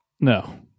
No